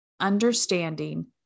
understanding